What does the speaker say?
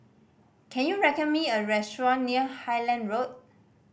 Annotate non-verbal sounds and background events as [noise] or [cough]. can you [unintelligible] me a restaurant near Highland Road